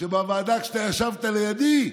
כשבוועדה, כשאתה ישבת לידי,